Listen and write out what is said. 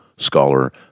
Scholar